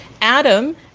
Adam